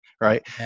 right